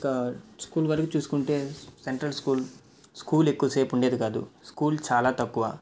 ఇంకా స్కూల్ వరకు చూసుకొంటే సెంట్రల్ స్కూల్ స్కూల్ ఎక్కువసేపు ఉండేది కాదు స్కూల్ చాలా తక్కువ